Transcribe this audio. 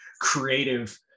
creative